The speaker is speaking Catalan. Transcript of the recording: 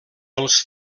els